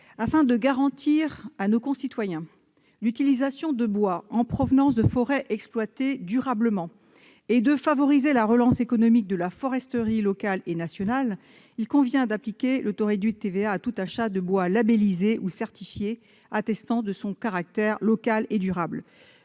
Afin de garantir à nos concitoyens l'utilisation de bois en provenance de forêts exploitées durablement et de favoriser la relance économique de la foresterie locale et nationale, il convient d'appliquer le taux réduit de TVA à tout achat de bois labellisé ou certifié, ce qui atteste de son caractère local et durable.